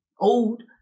old